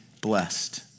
blessed